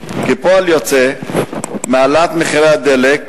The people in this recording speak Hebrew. כפועל יוצא מהעלאת מחירי הדלק,